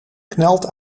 knelt